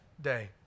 day